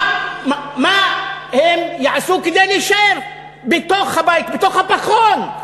מה הם יעשו כדי להישאר בתוך הבית, בתוך הפחון?